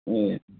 ए